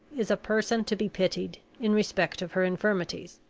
is a person to be pitied in respect of her infirmities,